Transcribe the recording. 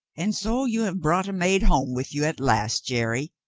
and so you have brought a maid home with you at last, jerry?